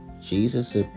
Jesus